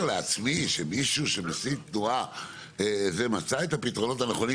לעצמי שמישהו שמסיט תנועה ומצא את הפתרונות הנכונים